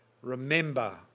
Remember